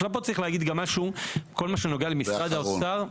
פה צריך להגיד גם משהו, כל מה שנוגע למשרד האוצר.